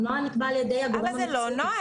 נוהל נקבע על ידי הגורם --- אבל זה לא נוהל.